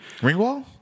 Ringwall